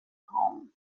home